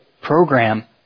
program